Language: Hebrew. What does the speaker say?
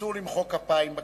אסור למחוא כפיים בכנסת,